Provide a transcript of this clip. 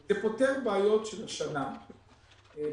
זה פותר בעיות של השנה בדוחק.